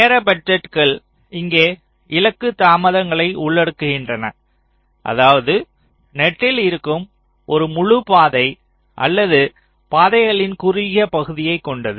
நேர பட்ஜெட்கள் இங்கே இலக்கு தாமதங்களை உள்ளடக்குகின்றன அதாவது நெட்டில் இருக்கும் ஒரு முழு பாதை அல்லது பாதைகளின் குறுகிய பகுதியைக் கொண்டது